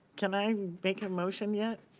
can i make a motion yet?